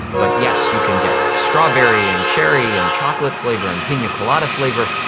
but yes, you can get strawberry and cherry and chocolate flavour and pina colada flavour,